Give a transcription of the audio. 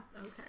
Okay